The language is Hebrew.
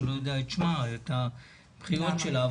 את התחינה שלה.